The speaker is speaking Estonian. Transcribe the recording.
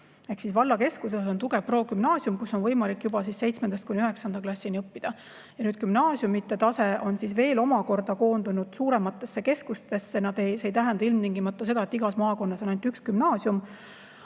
Ehk siis vallakeskuses on tugev progümnaasium, kus on võimalik seitsmendast kuni üheksanda klassini õppida. Ja gümnaasiumide tase on veel omakorda koondunud suurematesse keskustesse. See ei tähenda ilmtingimata seda, et igas maakonnas on ainult üks gümnaasium,